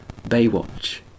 Baywatch